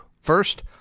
First